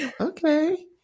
Okay